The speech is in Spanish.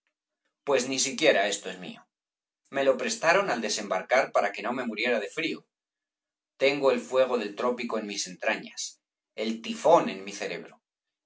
pues ni siquiera esto es mío me lo prestaron al desembarcar para que no me muriera de frío tengo el fuego del trópico en mis entrañas el tifón en mi cerebro